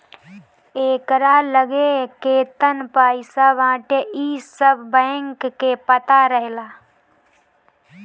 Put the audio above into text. एकरा लगे केतना पईसा बाटे इ सब बैंक के पता रहेला